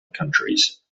countries